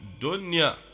dunya